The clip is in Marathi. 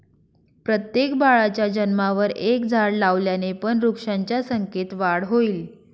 प्रत्येक बाळाच्या जन्मावर एक झाड लावल्याने पण वृक्षांच्या संख्येत वाढ होईल